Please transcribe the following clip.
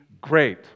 great